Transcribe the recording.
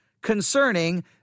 concerning